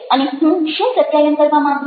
અને હું શું પ્રત્યાયન કરવા માગું છું